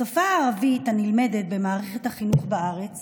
השפה הערבית הנלמדת במערכת החינוך בארץ